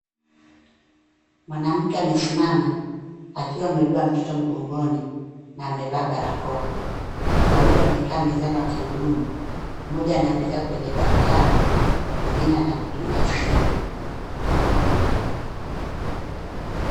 Mwanamke amesimama akiwa amebeba mtoto mgogoni na amevaa barakoa. Watu wawili wamekaa mezani wakihudumu. Mmoja anaandika kwenye daftari. Mwingine anatumia simu.